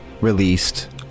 released